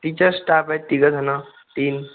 teachers staff आहे तिघं जणं तीन